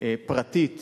פרטית